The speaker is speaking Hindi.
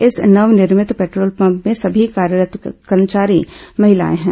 इस नवनिर्भित पेट्रोल पम्प में सभी कार्यरत् कर्मचारी महिलाएं हैं